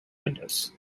windows